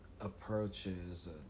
approaches